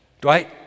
Dwight